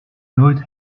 nooit